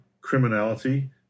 criminality